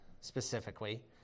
specifically